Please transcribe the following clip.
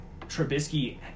Trubisky